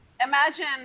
Imagine